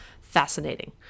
fascinating